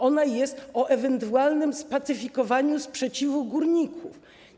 Ona jest ustawą o ewentualnym spacyfikowaniu sprzeciwu górników.